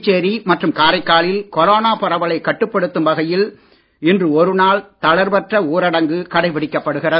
புதுச்சேரி மற்றும் காரைக்காலில் கொரோனா பரவலைக் கட்டுப்படுத்தும் வகையில் இன்று ஒருநாள் தளர்வற்ற ஊரடங்கு கடைபிடிக்கப்படுகிறது